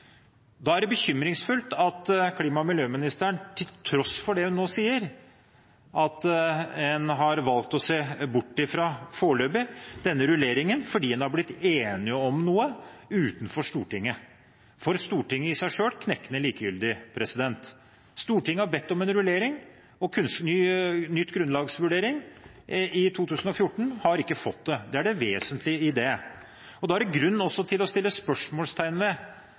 Da er det bekymringsfullt at klima- og miljøministeren til tross for det hun nå sier, har valgt å se bort fra – foreløpig – denne rulleringen fordi en har blitt enig om noe utenfor Stortinget som for Stortinget i seg selv er knekkende likegyldig. Stortinget har bedt om en rullering og ny grunnlagsvurdering i 2014, men har ikke fått det. Det er det vesentlige i det. Da er det grunn til også å sette spørsmålstegn ved